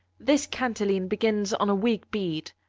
this cantilene begins on a weak beat,